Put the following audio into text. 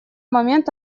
момент